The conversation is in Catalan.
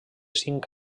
cinc